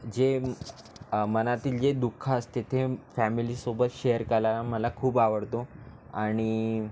जे मनातील जे दुःख असते ते म् फॅमिलीसोबत शेअर कला मला खूप आवडतो आणि